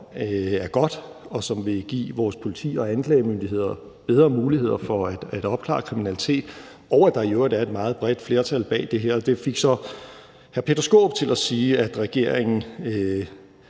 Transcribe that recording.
er godt, og som vil give vores politi og anklagemyndigheder bedre muligheder for at opklare kriminalitet, og at der i øvrigt er et meget bredt flertal bag det her. Det fik så hr. Peter Skaarup til at sige, at regeringen,